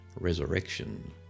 resurrection